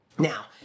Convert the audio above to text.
Now